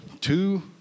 two